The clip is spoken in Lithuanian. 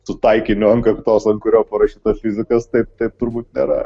su taikiniu ant kaktos ant kurio parašyta fizikas taip taip turbūt nėra